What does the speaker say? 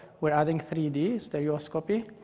we're adding three d stereoscopy.